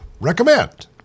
Recommend